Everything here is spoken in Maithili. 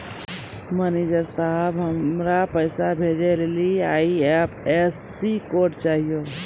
मैनेजर साहब, हमरा पैसा भेजै लेली आई.एफ.एस.सी कोड चाहियो